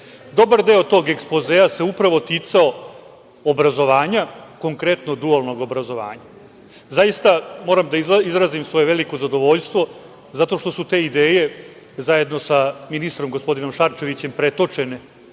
Dobar deo tog ekspozea se upravo ticao obrazovanja, konkretno dualnog obrazovanja. Zaista moram da izrazim svoje veliko zadovoljstvo zato što su te ideje zajedno sa ministrom, gospodinom Šarčevićem, pretočene